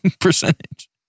percentage